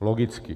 Logicky.